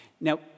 Now